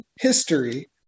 history